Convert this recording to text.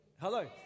Hello